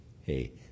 hey